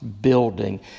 building